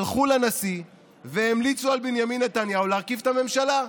הלכו לנשיא והמליצו על בנימין נתניהו להרכיב את הממשלה.